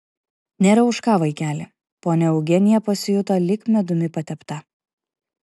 nėra už ką vaikeli ponia eugenija pasijuto lyg medumi patepta